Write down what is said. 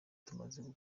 tumaze